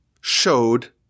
showed